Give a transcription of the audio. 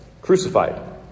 crucified